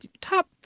top